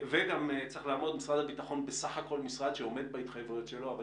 משרד הביטחון בסך הכול משרד שעומד בהתחייבויות שלו אבל